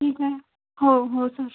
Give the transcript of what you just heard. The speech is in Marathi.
ठीक आहे हो हो सर